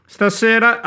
Stasera